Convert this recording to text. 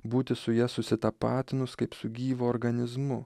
būti su ja susitapatinus kaip su gyvu organizmu